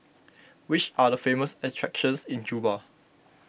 which are the famous attractions in Juba